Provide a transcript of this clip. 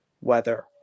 weather